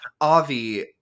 Avi